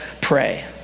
pray